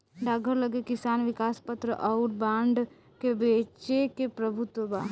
डाकघर लगे किसान विकास पत्र अउर बांड के बेचे के प्रभुत्व बा